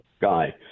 guy